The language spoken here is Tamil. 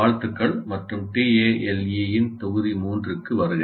வாழ்த்துக்கள் மற்றும் TALE இன் தொகுதி 3 க்கு வருக